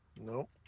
no